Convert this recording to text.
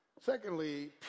Secondly